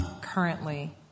currently